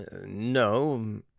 no